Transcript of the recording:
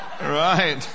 Right